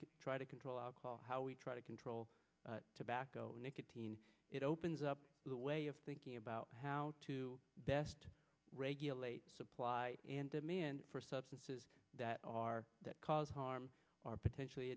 can try to control how we try to control tobacco nicotine it opens up the way of thinking about how to best regulate supply and demand for substances that are that cause harm or potentially